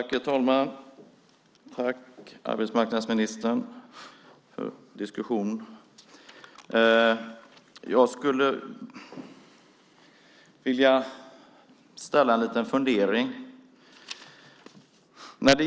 Herr talman! Jag tackar arbetsmarknadsministern för diskussionen. Jag skulle vilja ställa en fråga.